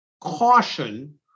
caution